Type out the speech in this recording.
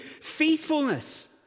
faithfulness